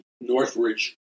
Northridge